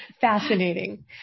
fascinating